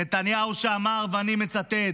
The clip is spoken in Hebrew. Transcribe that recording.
נתניהו שאמר, ואני מצטט: